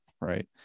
Right